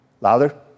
Louder